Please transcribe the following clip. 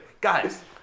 Guys